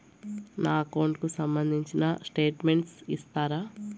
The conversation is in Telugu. నా అకౌంట్ కు సంబంధించిన స్టేట్మెంట్స్ ఇస్తారా